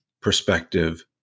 perspective